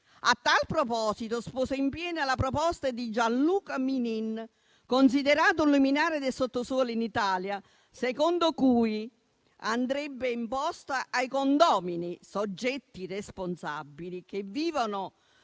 A tal proposito, sposo in pieno la proposta di Gianluca Minin, considerato un luminare del sottosuolo in Italia, secondo cui andrebbe imposta ai condomini, soggetti responsabili che vivono